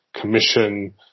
commission